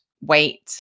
wait